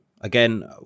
again